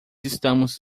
estamos